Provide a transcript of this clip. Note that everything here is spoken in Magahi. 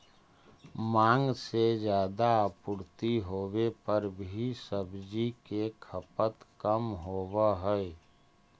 माँग से ज्यादा आपूर्ति होवे पर भी सब्जि के खपत कम होवऽ हइ